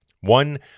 One